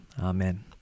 amen